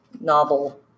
novel